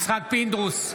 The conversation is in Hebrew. יצחק פינדרוס,